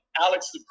Alex